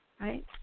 Right